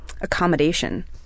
accommodation